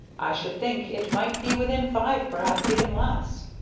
i should think it might be within five, perhaps even less.